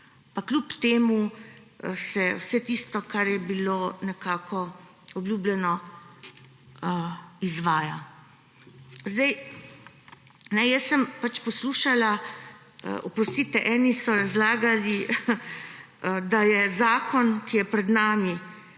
Pa kljub temu se vse tisto, kar je bilo nekako obljubljeno, izvaja. Zdaj, jaz sem poslušala, oprostite, eni so razlagali, da je zakon, ki je pred nami